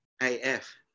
AF